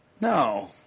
No